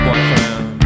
Boyfriend